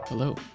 Hello